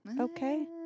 Okay